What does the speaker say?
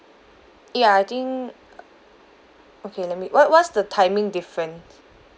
ya I think okay let me what what's the timing difference